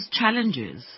challenges